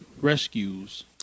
rescues